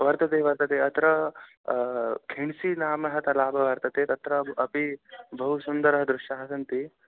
वर्तते वर्तते अत्र खेण्सि नाम तलाब वर्तते तत्र अपि बहु सुन्दरः दृश्यः सन्ति